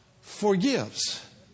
forgives